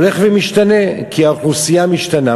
הולכת ומשתנה, כי האוכלוסייה משתנה.